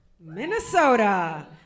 Minnesota